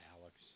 Alex